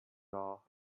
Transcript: all